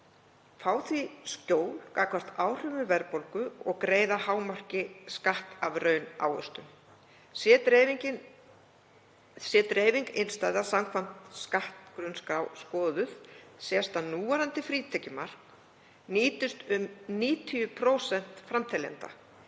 fá því skjól gagnvart áhrifum verðbólgu og greiða að hámarki skatt af raunávöxtun. Sé dreifing innstæðna samkvæmt skattgrunnskrá skoðuð sést að núverandi frítekjumark nýtist um 90% framteljenda,